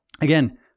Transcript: Again